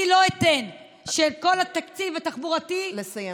אני לא אתן שאת כל התקציב התחבורתי, לסיים, בבקשה.